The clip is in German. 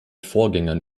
vorgängern